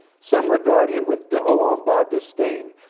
some regard him with do'oh, um, bah disdain.